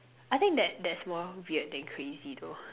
I that that that's more weird than crazy though